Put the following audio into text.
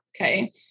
Okay